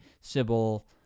sybil